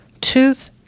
tooth